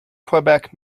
quebec